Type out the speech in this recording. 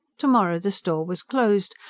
to-morrow the store was closed,